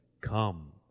come